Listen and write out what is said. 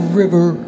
river